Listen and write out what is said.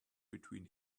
between